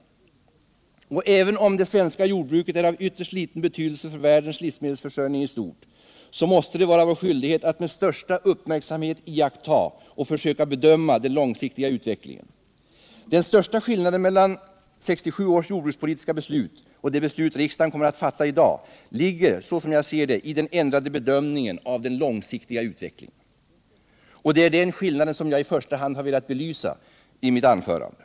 Även om det svenska jordbruket är av ytterst liten betydelse för världens livsmedelsförsörjning i stort, måste det vara vår skyldighet att med största uppmärksamhet iaktta och försöka bedöma den långsiktiga utvecklingen. Den största skillnaden mellan 1967 års jordbrukspolitiska beslut och det beslut riksdagen kommer att fatta i dag ligger just i den 39 ändrade bedömningen av den långsiktiga utvecklingen. Det är denna skillnad jag i första hand velat belysa med mitt anförande.